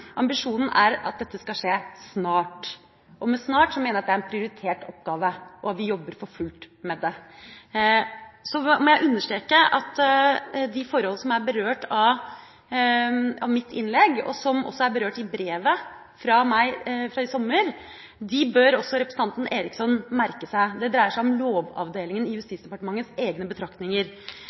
ambisjonen er at dette skal skje snart, og med snart mener jeg at det er en prioritert oppgave, og at vi jobber for fullt med det. Så må jeg understreke at de forhold som er berørt i mitt innlegg, og som også er berørt i brevet fra meg fra i sommer, bør også representanten Eriksson merke seg. Det dreier seg om egne betraktninger fra Lovavdelingen i